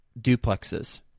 duplexes